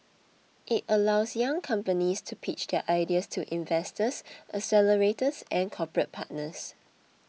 it allows young companies to pitch their ideas to investors accelerators and corporate partners